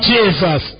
Jesus